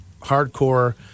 hardcore